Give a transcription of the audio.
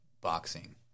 boxing